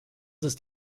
ist